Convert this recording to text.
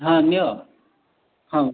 ହଁ ନିଅ ହଁ